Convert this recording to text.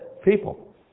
people